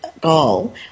goal